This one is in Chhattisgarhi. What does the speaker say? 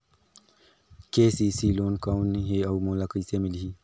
के.सी.सी लोन कौन हे अउ मोला कइसे मिलही?